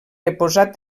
reposat